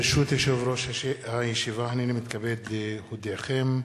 ברשות יושב-ראש הישיבה, הנני מתכבד להודיעכם,